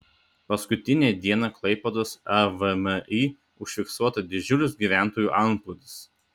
paskutinę dieną klaipėdos avmi užfiksuota didžiulis gyventojų antplūdis